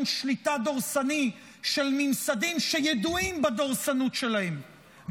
שליטה דורסני של ממסדים שידועים בדורסנות שלהם,